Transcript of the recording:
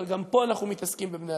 אבל גם פה אנחנו מתעסקים בבני-אדם.